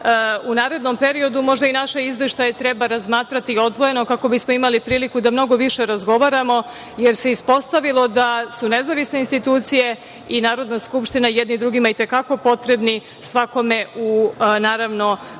u narednom periodu možda i naše izveštaje treba razmatrati odvojeno kako bismo imali priliku da mnogo više razgovaramo, jer se ispostavilo da su nezavisne institucije i Narodna skupština jedni drugima i te kako potrebni svakome naravno iz